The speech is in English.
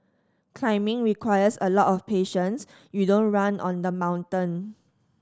climbing requires a lot of patience you don't run on the mountain